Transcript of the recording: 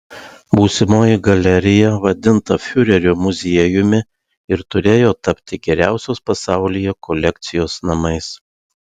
būsimoji galerija vadinta fiurerio muziejumi ir turėjo tapti geriausios pasaulyje kolekcijos namais